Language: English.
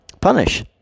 punish